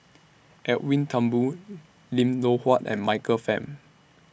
Edwin Thumboo Lim Loh Huat and Michael Fam